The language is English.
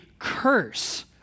curse